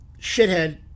shithead